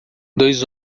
dois